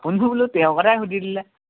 ফোনটোত তেওঁৰ কথাই সুধি দিলে